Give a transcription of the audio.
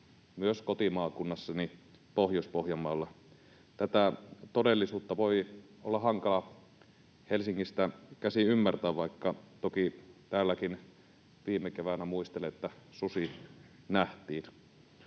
myös kotimaakunnassani Pohjois-Pohjanmaalla. Tätä todellisuutta voi olla hankala Helsingistä käsin ymmärtää, vaikka toki muistelen, että täälläkin viime keväänä susi nähtiin.